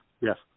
Yes